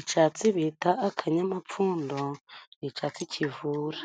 Icyatsi bita akanyamapfundo ni icyatsi kivura,